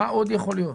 מה עוד יכול להיות?